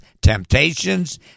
temptations